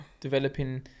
developing